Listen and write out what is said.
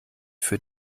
für